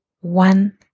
one